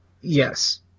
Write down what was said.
Yes